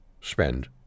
spend